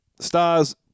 stars